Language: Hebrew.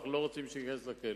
ואנחנו לא רוצים שהוא ייכנס לכלא.